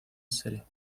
city